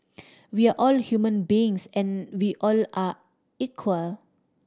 we're all human beings and we all are equal